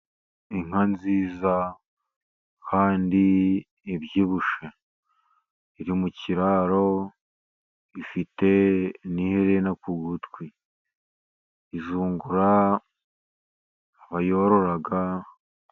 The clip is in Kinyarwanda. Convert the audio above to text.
Inka nziza kandi ibyibushye, iri mu kiraro ,ifite n'iherena ku gutwi. Izungura abayorora.